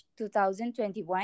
2021